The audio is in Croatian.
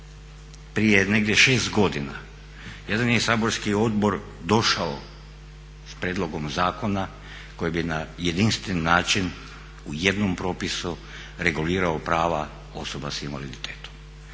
prije negdje 6 godina jedan je saborski odbor došao s prijedlogom zakona koji bi na jedinstven način u jednom propisu regulirao prava osoba s invaliditetom.